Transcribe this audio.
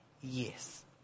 yes